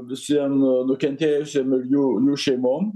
visiem nukentėjusiem ir jų jų šeimom